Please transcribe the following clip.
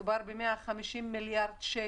מדובר ב-150 מיליארד שקל.